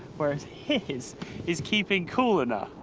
whereas his is keeping cool enough.